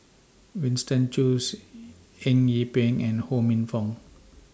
Winston Choos Eng Yee Peng and Ho Minfong